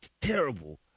terrible